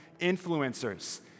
Influencers